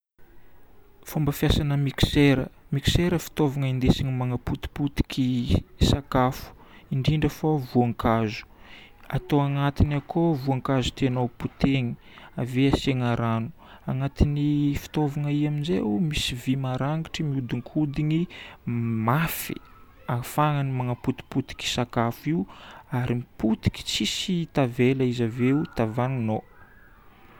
Fomba fiasana mixer. Mixer fitaovagna indesigna manapotipotiky sakafo, indrindra fô voankazo. Atao agnatiny akao voankazo tianao hopotehina. Ave asiagna rano. Agnatin'ny fitaovagna io amin'izay misy vy maragnitry ahodinkodiny mafy ahafahany manapotipotiky sakafo io ary potiky tsisy tavela izy aveo tavaninao.